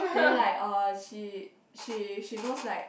then like uh she she she knows like